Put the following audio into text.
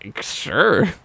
Sure